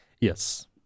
Yes